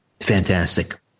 Fantastic